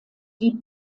die